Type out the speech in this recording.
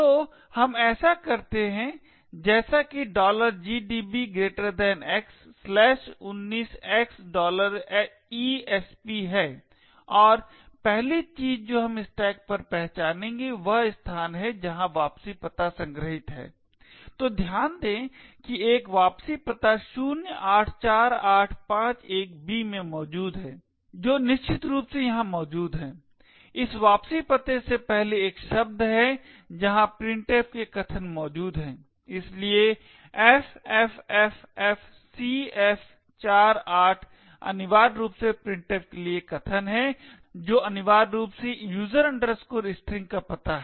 तो हम ऐसा करते हैं जैसा कि gdbx19xesp है और पहली चीज जो हम स्टैक पर पहचानेंगे वह स्थान है जहां वापसी पता संग्रहीत है तो ध्यान दें कि एक वापसी पता 084851b में मौजूद है जो निश्चित रूप से यहां मौजूद है इस वापसी पते से पहले एक शब्द है जहां printf के कथन मौजूद हैं इसलिए ffffcf48 अनिवार्य रूप से प्रिंटफ के लिए कथन है जो अनिवार्य रूप से user string का पता है